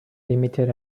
limited